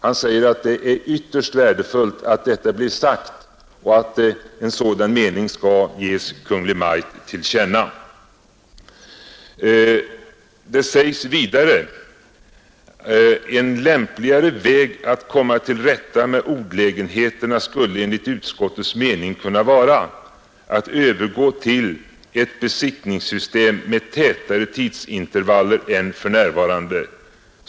Han säger att det är ytterst värdefullt att detta blir sagt och att en sådan mening ges Kungl. Maj:t till känna. Angående kontrollen sägs vidare: ”En lämpligare väg att komma till rätta med olägenheterna skulle enligt utskottets mening kunna vara att övergå till ett besiktningssystem med tätare tidsintervaller än f.n.